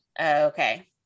Okay